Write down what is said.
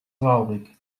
traurig